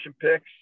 picks